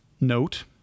Note